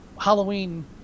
Halloween